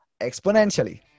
exponentially